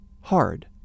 hard